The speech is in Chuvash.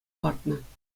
лартнӑ